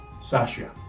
Sasha